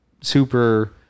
super –